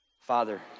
Father